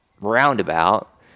roundabout